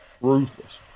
ruthless